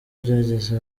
byageze